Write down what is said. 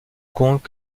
compte